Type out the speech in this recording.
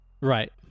right